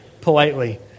politely